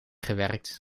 gewerkt